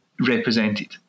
represented